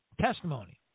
testimony